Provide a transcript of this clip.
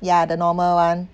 ya the normal [one]